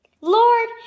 Lord